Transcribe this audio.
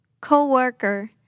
Co-worker